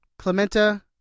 Clementa